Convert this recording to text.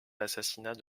l’assassinat